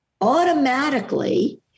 automatically